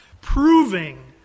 proving